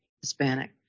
Hispanic